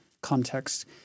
context